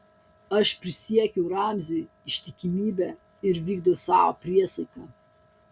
aš prisiekiau ramziui ištikimybę ir vykdau savo priesaiką